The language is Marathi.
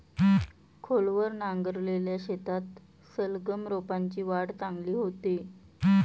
खोलवर नांगरलेल्या शेतात सलगम रोपांची वाढ चांगली होते